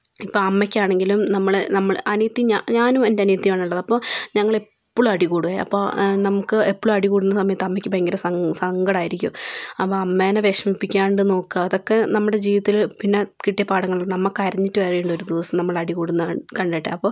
ഇപ്പം അമ്മയ്ക്കാണെങ്കിലും നമ്മള് നമ്മള് അനിയത്തി ഞാനും എൻറ്റെ അനിയത്തിയാണുള്ളത് അപ്പോൾ ഞങ്ങള് എപ്പോഴും അടി കൂടുകയും അപ്പോൾ നമുക്ക് എപ്പോഴും അടി കൂടുന്ന സമയത്ത് അമ്മയ്ക്ക് ഭയങ്കര സങ് സങ്കടായിരിക്കും അപ്പോൾ അമ്മേനെ വിഷമിപ്പിക്കാതെ നോക്കുക അതൊക്കെ നമ്മുടെ ജീവിതത്തിൽ പിന്നേ കിട്ടിയ പാഠങ്ങളാണ് അമ്മ കരഞ്ഞിട്ട് വരേ ഉണ്ട് ഒരു ദിവസം നമ്മള് അടി കൂടുന്ന കൺ കണ്ടിട്ട് അപ്പോൾ